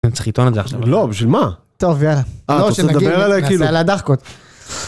‫אני צריך לטעון על זה עכשיו. ‫-לא, בשביל מה? ‫טוב, יאללה. ‫-אה, אתה רוצה לדבר עליה כאילו? נעשה עליה דחקות.